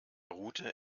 route